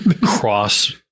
cross